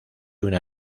una